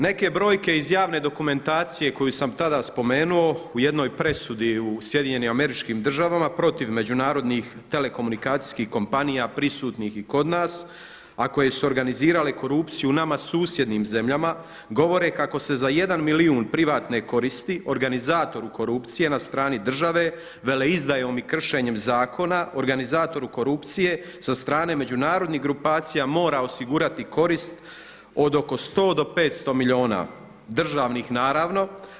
Neke brojke iz javne dokumentacije koju sam tada spomenuo u jednoj presudi u SAD-u protiv međunarodnih telekomunikacijskih kompanija prisutnih i kod nas, a koje su organizirale korupciju u nama susjednim zemljama govore kako se za jedan milijun privatne koristi organizatoru korupcije na strani države veleizdajom i kršenjem zakona organizatoru korupcije sa strane međunarodnih grupacija mora osigurati korist od oko 100 do 500 milijuna državnih naravno.